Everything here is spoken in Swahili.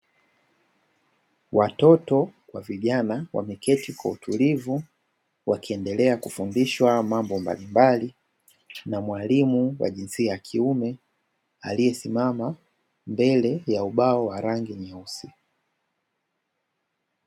Watoto kwa vijana wameketi kwa utulivu wakiendelea kufundishwa mambo mbalimbali, na mwalimu wa jinsia ya kiume aliyesimama mbele ya ubao wa rangi nyeusi.